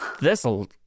This'll